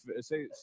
Say